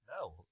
No